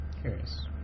Curious